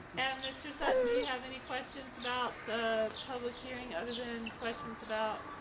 and mr. sutton, do you have any questions about the public hearing other than questions about